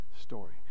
story